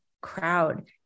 crowd